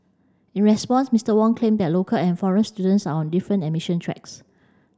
in response Mister Wong claimed that local and foreign students are on different admission tracks